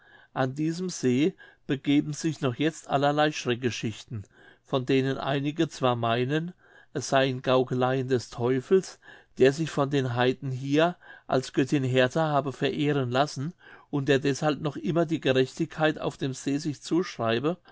an diesem see begeben sich noch jetzt allerlei schreckgeschichten von denen einige zwar meinen es seien gaukeleien des teufels der sich von den heiden hier als göttin hertha habe verehren lassen und der deshalb noch immer die gerechtigkeit auf dem see sich zuschreibe